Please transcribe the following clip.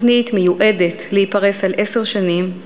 התוכנית מיועדת להיפרס על עשר שנים.